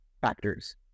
factors